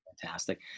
fantastic